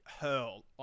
hurl